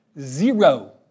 Zero